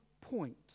point